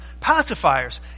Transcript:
pacifiers